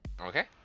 Okay